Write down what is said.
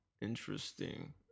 Interesting